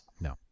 no